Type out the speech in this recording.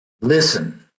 Listen